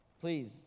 please